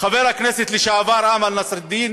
חבר הכנסת לשעבר אמל נסראלדין